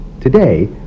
Today